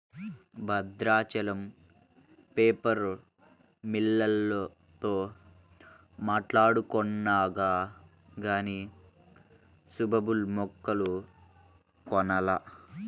Bhadrachalam paper మిల్లోల్లతో మాట్టాడుకొన్నాక గానీ సుబాబుల్ మొక్కలు కొనాల